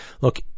look